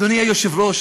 אדוני היושב-ראש,